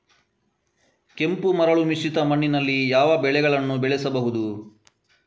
ಕೆಂಪು ಮರಳು ಮಿಶ್ರಿತ ಮಣ್ಣಿನಲ್ಲಿ ಯಾವ ಬೆಳೆಗಳನ್ನು ಬೆಳೆಸಬಹುದು?